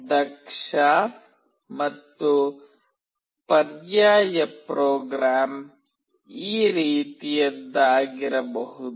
ದಕ್ಷ ಮತ್ತು ಪರ್ಯಾಯ ಪ್ರೋಗ್ರಾಂ ಈ ರೀತಿಯದ್ದಾಗಿರಬಹುದು